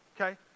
Okay